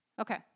Okay